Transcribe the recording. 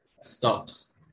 stops